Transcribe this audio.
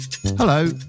Hello